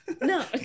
no